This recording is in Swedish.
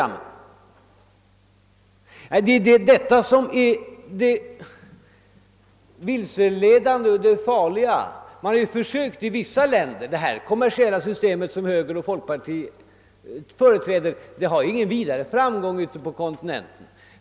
Herr Wedén, det är detta som är det vilseledande, det farliga. Det kommersiella system som högern och folkpartiet företräder har ingen vidare framgång ute på kontinenten.